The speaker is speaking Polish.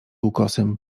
ukosem